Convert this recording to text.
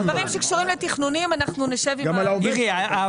על הדברים שקשורים לתכנונים אנחנו נשב עם --- היות